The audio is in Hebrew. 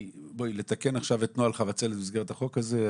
אם נרצה לתקן עכשיו את נוהל חבצלת במסגרת החוק הזה,